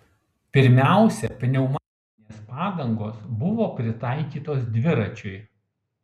pirmiausia pneumatinės padangos buvo pritaikytos dviračiui